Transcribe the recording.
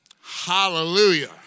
Hallelujah